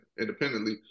independently